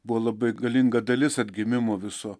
buvo labai galinga dalis atgimimo viso